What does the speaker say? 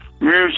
Music